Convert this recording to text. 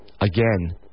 again